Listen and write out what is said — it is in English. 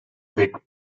bit